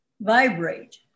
vibrate